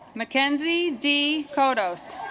mackenzie d cotto's